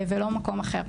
ולא במקום אחר.